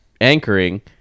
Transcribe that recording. anchoring